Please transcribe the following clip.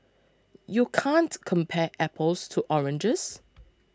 you can't compare apples to oranges